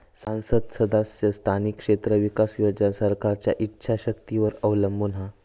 सांसद सदस्य स्थानिक क्षेत्र विकास योजना सरकारच्या ईच्छा शक्तीवर अवलंबून हा